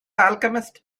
alchemist